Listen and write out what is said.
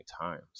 times